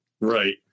right